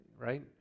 Right